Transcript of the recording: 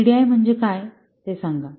तर टीडीआय म्हणजे काय ते सांगा